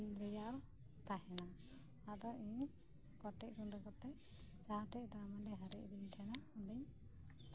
ᱨᱮᱭᱟᱲ ᱛᱟᱦᱮᱱᱟ ᱟᱫᱚ ᱠᱚᱴᱮᱡ ᱜᱩᱰᱟᱹ ᱠᱟᱛᱮᱫ ᱡᱟᱦᱟᱴᱷᱮᱱ ᱫᱟᱜ ᱢᱟᱹᱰᱤ ᱦᱤᱨᱤᱡ ᱟᱹᱫᱤᱧ ᱛᱟᱦᱮᱸᱫᱼᱟ ᱚᱸᱰᱤᱧ